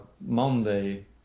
Monday